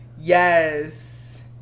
Yes